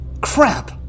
Crap